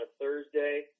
Thursday